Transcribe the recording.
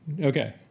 Okay